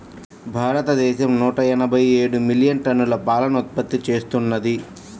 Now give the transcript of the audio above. భారతదేశం నూట ఎనభై ఏడు మిలియన్ టన్నుల పాలను ఉత్పత్తి చేస్తున్నది